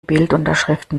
bildunterschriften